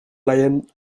lion